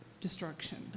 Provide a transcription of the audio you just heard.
destruction